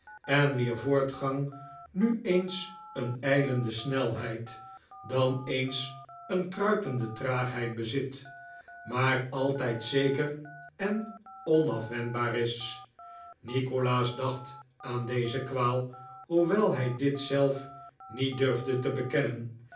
en wier voortgang nu eens een ijlende snelheid dan eens een kruipende traagheid bezit maar altijd zeker en onafwendbaar is nikolaas dacht aan deze kwaal hoewel hij dit zich zelf niet durfde te bekennen